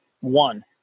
one